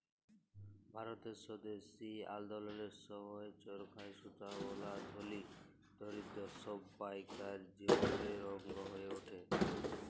ভারতের স্বদেশী আল্দললের সময় চরখায় সুতা বলা ধলি, দরিদ্দ সব্বাইকার জীবলের অংগ হঁয়ে উঠে